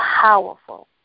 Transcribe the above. powerful